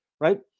Right